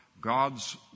God's